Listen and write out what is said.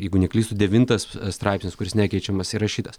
jeigu neklystu devintas straipsnis kuris nekeičiamas įrašytas